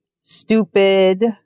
stupid